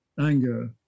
anger